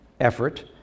effort